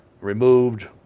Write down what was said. removed